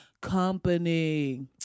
company